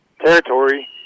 territory